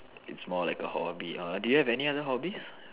it's more like a hobby uh do you have any other hobbies